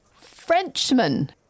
Frenchman